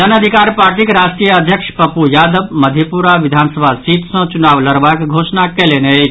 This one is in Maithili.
जन अधिकार पार्टीक राष्ट्रीय अध्यक्ष पप्पू यादव मधेपुरा विधानसभा सीट सँ चुनाव लड़बाक घोषणा कयलनि अछि